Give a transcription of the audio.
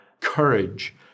courage